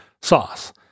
sauce